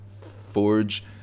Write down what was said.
forge